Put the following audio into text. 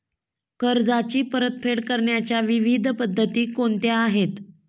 कर्जाची परतफेड करण्याच्या विविध पद्धती कोणत्या आहेत?